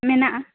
ᱢᱮᱱᱟᱜᱼᱟ